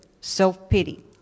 self-pity